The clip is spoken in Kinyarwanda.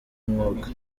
umwuka